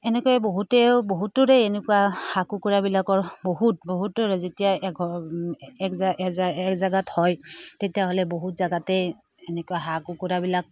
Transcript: এনেকৈয়ে বহুতেও বহুতৰে এনেকুৱা হাঁহ কুকুৰাবিলাকৰ বহুত বহুতৰে যেতিয়া এঘৰ এক এক জেগাত হয় তেতিয়াহ'লে বহুত জেগাতেই এনেকুৱা হাঁহ কুকুৰাবিলাক